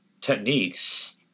techniques